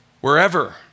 wherever